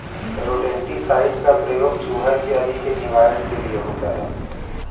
rodenticide का प्रयोग चुहा इत्यादि के निवारण के लिए होता है